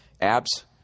Abs